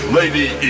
lady